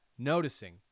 Noticing